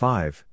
Five